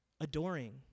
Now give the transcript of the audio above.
adoring